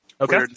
Okay